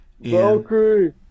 Valkyrie